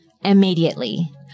immediately